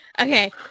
Okay